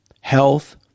health